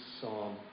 psalm